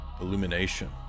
illumination